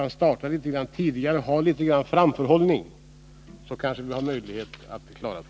Starta litet tidigare, ha litet framförhållning! Då kanske vi har en möjlighet att lösa problemet.